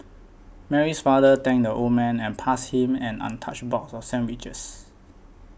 Mary's father thanked the old man and passed him an untouched box of sandwiches